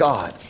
God